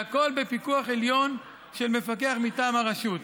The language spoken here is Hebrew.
והכול בפיקוח עליון של מפקח מטעם הרשות.